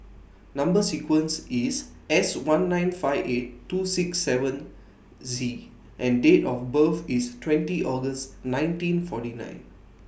Number sequence IS S one nine five eight two six seven Z and Date of birth IS twenty August nineteen forty nine